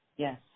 Yes